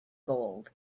gold